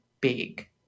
big